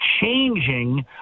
changing